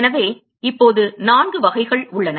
எனவே இப்போது நான்கு வகைகள் உள்ளன